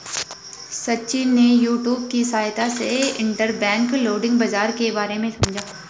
सचिन ने यूट्यूब की सहायता से इंटरबैंक लैंडिंग बाजार के बारे में समझा